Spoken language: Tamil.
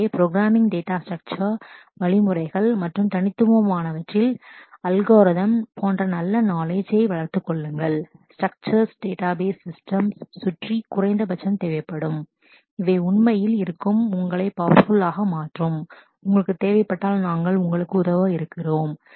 எனவே programming data structure programming data structure வழிமுறைகள் மற்றும் தனித்துவமானவற்றில் அல்கோரிதம் discrete structures நல்ல நாலேஜ் knowledge வளர்த்துக் கொள்ளுங்கள் structure database system database systems சுற்றி குறைந்தபட்சம் தேவைப்படும் இவை உண்மையில் இருக்கும் உங்களை பவர்ப்புள் powerfulஆக மாற்றும் உங்களுக்குத் தேவைப்பட்டால் நாங்கள் உங்களுக்கு உதவ இருக்கிறோம்